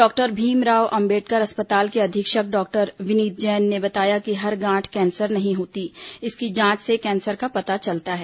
doctor Bhimrao Ambedkar अस्पताल के अधीक्षक डॉक्टर विनीत जैन ने बताया कि हर गांठ कैंसर नहीं होती इसकी जांच से कैंसर का पता चलता है